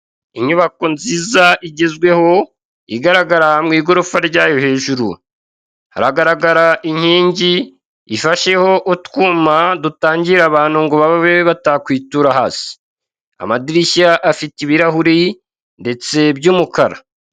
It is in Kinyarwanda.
Inyubako nziza igezweho, igaragara mu igorofa ryayo hejuru. Haragaragara inkingi ifasheho utwuma dutangira abantu ngo babe batakwitura hasi. Amadirishya afite ibirahuri ndetse by'umukara.